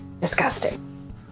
disgusting